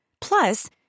Plus